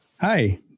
Hi